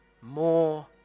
more